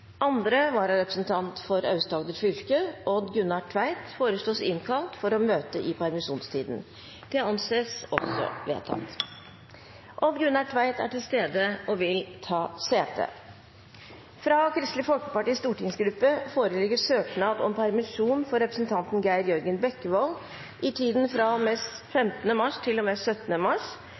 Andre vararepresentant for Aust-Agder fylke, Odd Gunnar Tveit, innkalles for å møte i permisjonstiden. Odd Gunnar Tveit er til stede og vil ta sete. Fra Kristelig Folkepartis stortingsgruppe foreligger søknad om permisjon for representanten Geir Jørgen Bekkevold i tiden fra og med 15. mars til og med 17. mars